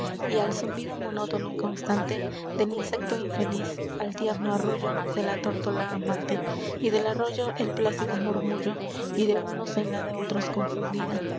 y al zumbido monótono y constante del insecto infeliz el tierno arrullo de la tórtola amante y del arroyo el plácido murmullo y de unos en la de otros confundida